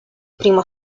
primo